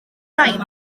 rain